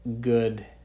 good